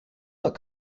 not